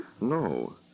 No